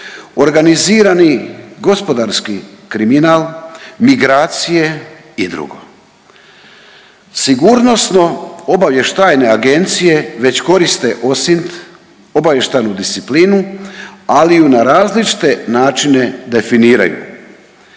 organizirani gospodarski kriminal, migracije i dr. Sigurnosno-obavještajne agencije već koriste OSINT, obavještajnu disciplinu, ali ju na različite načine definiraju.